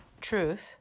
truth